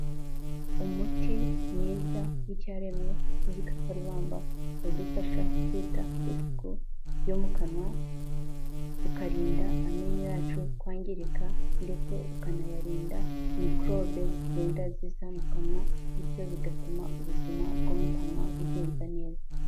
umuti mwiza w'icyaremwe cy'igikarubamba, udufasha kwita ku isuku yo mu kanwa, ukarinda amenyo yacu kwangirika ndetse ukanayarinda microbe zigenda zizamuka mu kanwa, bityo bigatuma ubuzima bwo mu kanwa bugenda neza.